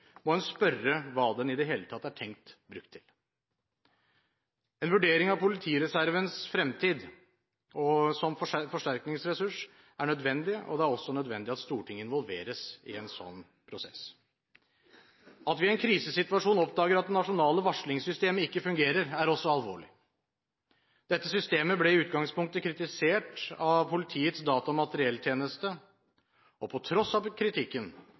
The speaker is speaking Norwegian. må en spørre hva den i det hele tatt er tenkt brukt til. En vurdering av politireservens fremtid som forsterkningsressurs er nødvendig, og det er også nødvendig at Stortinget involveres i en slik prosess. At vi i en krisesituasjon oppdager at det nasjonale varslingssystemet ikke fungerer, er også alvorlig. Dette systemet ble i utgangspunktet kritisert av Politiets data- og materielltjeneste, og på tross av kritikken